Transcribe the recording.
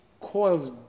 coils